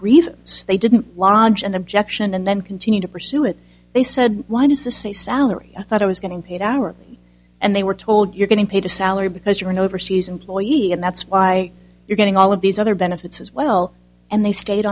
grievance they didn't launch an objection and then continue to pursue it they said want to say salary i thought i was getting paid hour and they were told you're getting paid a salary because you're an overseas employee and that's why you're getting all of these other benefits as well and they stayed